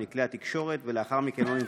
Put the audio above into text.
אין.